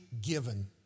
given